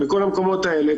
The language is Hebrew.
בכל המקומות האלה.